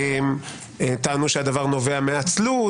טענו שהדבר נובע מעצלות,